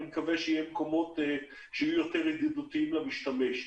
אני מקווה שיהיו מקומות שיהיו יותר ידידותיים למשתמש.